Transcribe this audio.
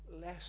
less